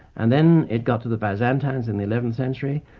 and then it got to the byzantines in the eleventh century,